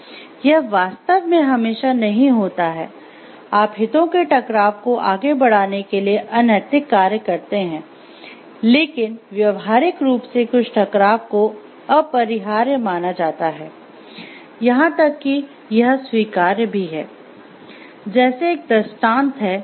यह वास्तव में हमेशा नहीं होता है आप हितों के टकराव को आगे बढ़ाने के लिए अनैतिक कार्य करते हैं लेकिन व्यावहारिक रूप से कुछ टकराव को अपरिहार्य माना जाता है यहां तक कि यह स्वीकार्य भी है